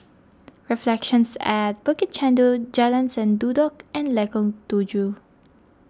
Reflections at Bukit Chandu Jalan Sendudok and Lengkong Tujuh